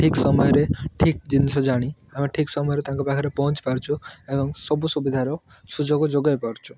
ଠିକ୍ ସମୟରେ ଠିକ୍ ଜିନିଷ ଜାଣି ଆମେ ଠିକ୍ ସମୟରେ ତାଙ୍କ ପାଖରେ ପହଞ୍ଚିପାରୁଛୁ ଏବଂ ସବୁ ସୁବିଧାର ସୁଯୋଗ ଯୋଗାଇ ପାରୁଛୁ